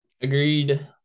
Agreed